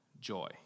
joy